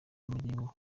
magingo